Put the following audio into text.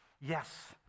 Yes